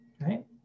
right